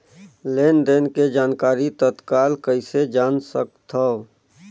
लेन देन के जानकारी तत्काल कइसे जान सकथव?